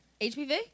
HPV